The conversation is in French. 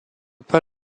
pas